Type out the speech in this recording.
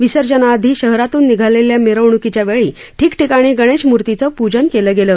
विसर्जनाआधी शहरातून निघालेल्या मिरवणुकीच्यावेळी ठिकठिकाणी गणेशमुर्तीचं पुजन केलं गेलं